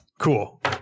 Cool